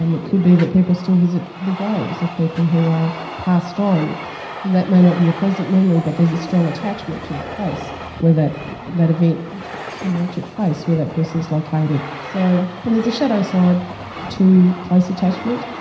um it could be that people still visit the graves of people who are passed on and that may not be a pleasant memory, but there's a strong attachment to the place where that that event you know took place, where that person is located. so and there's a shadow side to place attachment,